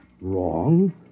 Wrong